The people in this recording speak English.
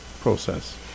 process